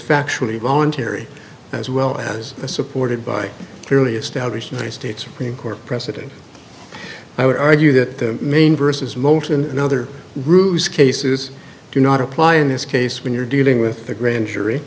factually voluntary as well as a supported by clearly established united states supreme court precedent i would argue that the main versus moten another rule is cases do not apply in this case when you're dealing with the grand jury